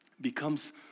becomes